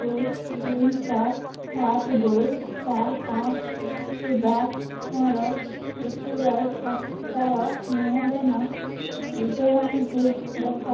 ଦୁଇ ତିନି ଚାରି ସାତ ଦୁଇ ଚାରି ପାଞ୍ଚ ଥିବା ମୋର ଏ ପି ୱାଇ ଖାତାର ଦେଣ ନେଣ ବିବରଣୀ ଦେଖାଅ